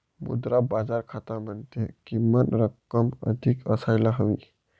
मुद्रा बाजार खात्यामध्ये किमान रक्कम अधिक असायला हवी